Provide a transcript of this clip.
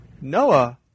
Noah